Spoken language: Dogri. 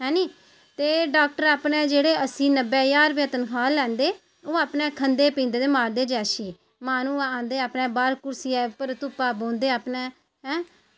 हैनी ते डॉक्टरें जेह्ड़े अपनी नब्बै ज्हार रपेआ तन्खाह् लैंदे ओह् अपने खंदे पींदे ते मारदे अय्याशी माह्नूं आंदे ते बाहर बौहंदे घर अपने ऐं